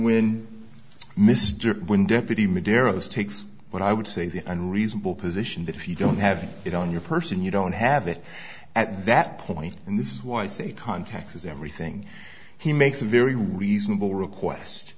takes what i would say the unreasonable position that if you don't have it on your person you don't have it at that point and this is why i say context is everything he makes a very reasonable request